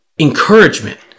Encouragement